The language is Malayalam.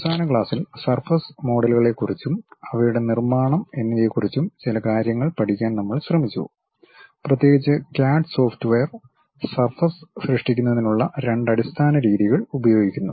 അവസാന ക്ലാസ്സിൽ സർഫസ് മോഡലുകളെക്കുറിച്ചും അവയുടെ നിർമ്മാണം എന്നിവയെക്കുറിച്ചും ചില കാര്യങ്ങൾ പഠിക്കാൻ നമ്മൾ ശ്രമിച്ചു പ്രത്യേകിച്ച് ക്യാഡ് സോഫ്റ്റ്വെയർ സർഫസ് സൃഷ്ടിക്കുന്നതിനുള്ള രണ്ട് അടിസ്ഥാന രീതികൾ ഉപയോഗിക്കുന്നു